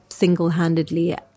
single-handedly